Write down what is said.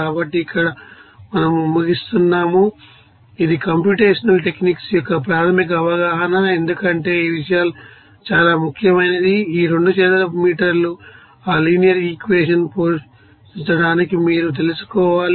కాబట్టి ఇక్కడ మనము ముగిస్తున్నాము ఇది కంప్యూటేషనల్ టెక్నిక్స్ యొక్క ప్రాథమిక అవగాహన ఎందుకంటే ఈ విషయాలు చాలా ముఖ్యమైనవి ఈ 2 చదరపు మీటర్లు ఆ లినియర్ ఇక్వేషన్ పోషించడానికి మీరు తెలుసుకోవాలి